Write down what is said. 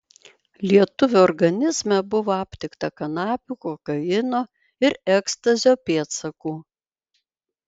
lietuvio organizme buvo aptikta kanapių kokaino ir ekstazio pėdsakų